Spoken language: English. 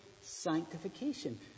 sanctification